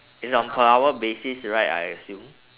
it's on per hour basis right I assume